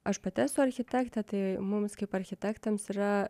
aš pati esu architektė tai mums kaip architektams yra